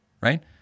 Right